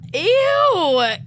Ew